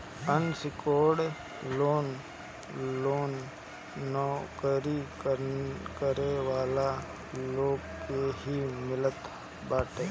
unsecured loan loan नोकरी करे वाला लोग के ही मिलत बाटे